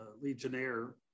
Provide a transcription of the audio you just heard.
Legionnaire